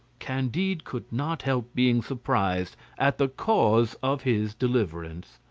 candide could not help being surprised at the cause of his deliverance.